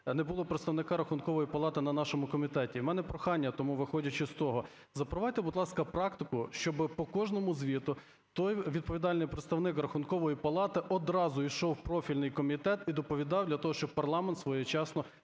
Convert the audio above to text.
не було представника Рахункової палати на нашому комітеті. У мене прохання тому, виходячи з того. Запровадьте, будь ласка, практику, щоб по кожному звіту той відповідальний представник Рахункової палати одразу йшов в профільний комітет і доповідав, для того щоб парламент своєчасно